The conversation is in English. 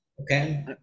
okay